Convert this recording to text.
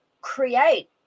create